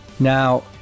Now